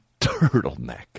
turtleneck